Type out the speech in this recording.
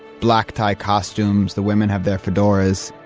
black tie costumes, the women have their fedoras.